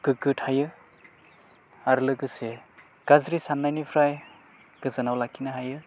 गोग्गो थायो आरो लोगोसे गाज्रि साननायनिफ्राय गोजानाव लाखिनो हायो